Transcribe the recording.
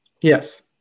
Yes